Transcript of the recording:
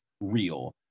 real